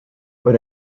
but